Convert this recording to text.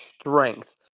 strength